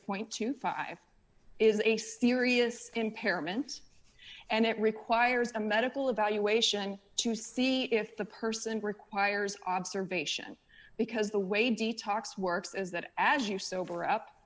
point twenty five is a serious impairment and it requires a medical evaluation to see if the person requires observation because the way detox works is that as you sober up